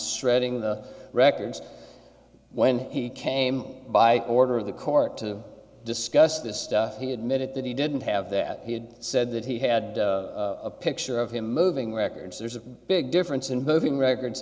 shredding the records when he came by order of the court to discuss this he admitted that he didn't have that he had said that he had a picture of him moving records there's a big difference in moving records